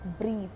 breathe